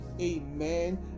amen